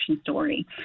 story